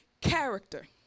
character